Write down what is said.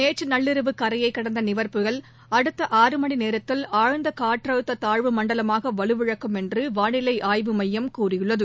நேற்று நள்ளிரவு கரையை கடந்த நிவர் புயல் அடுத்த ஆறு மணி நேரத்தில் ஆழ்ந்த காற்றழுத்த தாழ்வுமண்டலமாக வலுவிழக்கும் என்று வானிலை ஆய்வு மையம் தெரிவித்துள்ளது